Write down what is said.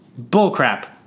bullcrap